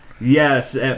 Yes